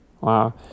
wow